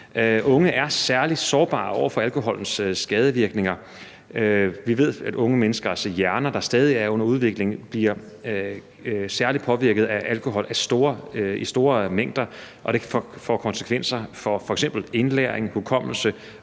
Unge er særlig sårbare over for alkoholens skadevirkninger. Vi ved, at unge menneskers hjerner, der stadig er under udvikling, bliver særlig påvirket af alkohol i store mængder, og at det får konsekvenser for f.eks. indlæring, hukommelse